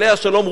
עליה השלום,